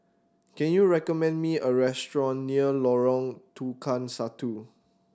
can you recommend me a restaurant near Lorong Tukang Satu